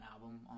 album